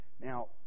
Now